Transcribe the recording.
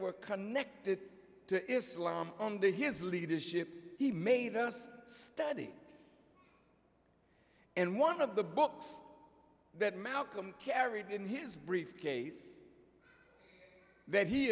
were connected to islam under his leadership he made us study and one of the books that malcolm carried in his briefcase that he